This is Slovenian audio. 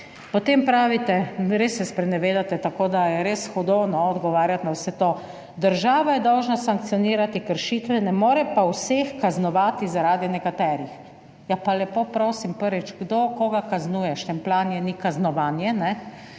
Potem pravite, res se sprenevedate, tako da je res hudo, no, odgovarjati na vse to. Država je dolžna sankcionirati kršitve, ne more pa vseh kaznovati zaradi nekaterih. Ja, pa lepo prosim, prvič, kdo koga kaznuje? Štempljanje ni kaznovanje,